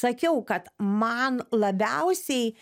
sakiau kad man labiausiai